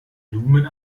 lumen